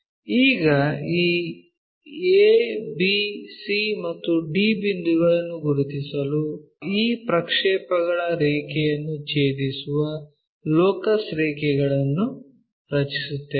ಈಗ ಈ a b c ಮತ್ತು d ಬಿಂದುಗಳನ್ನು ಗುರುತಿಸಲು ಈ ಪ್ರಕ್ಷೇಪಗಳ ರೇಖೆಯನ್ನು ಛೇದಿಸುವ ಲೋಕಸ್ ರೇಖೆಗಳನ್ನು ರಚಿಸುತ್ತೇವೆ